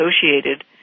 associated